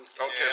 Okay